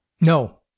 No